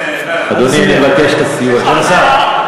אדוני, אני מבקש את הסיוע שלך.